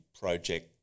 project